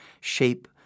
shape